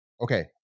okay